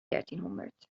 dertienhonderd